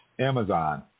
Amazon